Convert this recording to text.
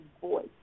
voice